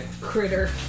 Critter